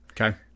Okay